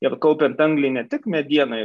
ir kaupiant anglį ne tik medienai